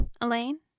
Elaine